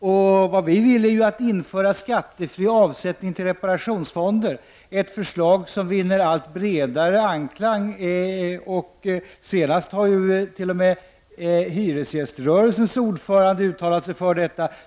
Och vad vi vill är ju att införa skattefria avsättningar till reparationsfonder — ett förslag som vinner allt bredare anklang. Senast har ju t.o.m. hyresgäströrelsens ordförande uttalat sig till förmån för detta förslag.